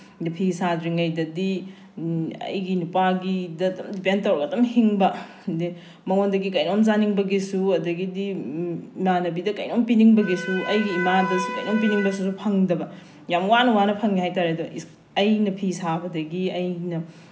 ꯑꯗꯨ ꯐꯤ ꯁꯥꯗ꯭ꯔꯤꯉꯩꯗꯗꯤ ꯑꯩꯒꯤ ꯅꯨꯄꯥꯒꯤꯗ ꯑꯗꯨꯝ ꯗꯤꯄꯦꯟ ꯇꯧꯔꯒ ꯑꯗꯨꯝ ꯍꯤꯡꯕ ꯑꯗꯩ ꯃꯉꯣꯟꯗꯒꯤ ꯀꯩꯅꯣꯝ ꯆꯥꯅꯤꯡꯕꯒꯤꯁꯨ ꯑꯗꯒꯤꯗꯤ ꯏꯃꯥꯟꯅꯕꯤꯗ ꯀꯩꯅꯣꯝ ꯄꯤꯅꯤꯡꯕꯒꯤꯁꯨ ꯑꯩꯒꯤ ꯏꯃꯥꯗ ꯀꯩꯅꯣꯝ ꯄꯤꯅꯤꯡꯕꯁꯨ ꯐꯪꯗꯕ ꯌꯥꯝ ꯋꯥꯅ ꯋꯥꯅ ꯐꯪꯉꯦ ꯍꯥꯏꯇꯥꯔꯦ ꯑꯗꯨ ꯑꯩꯅ ꯐꯤ ꯁꯥꯕꯗꯒꯤ ꯑꯩꯅ